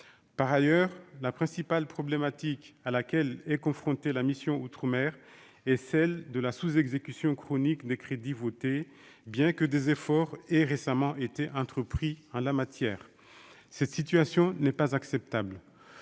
Par ailleurs, la principale problématique à laquelle est confrontée la mission « Outre-mer » est celle de la sous-exécution chronique des crédits votés, bien que des efforts aient récemment été entrepris en la matière. Cet état de fait n'est acceptable